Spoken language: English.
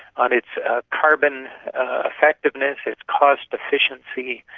on its ah carbon effectiveness, its cost efficiency,